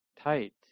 tight